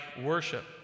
worship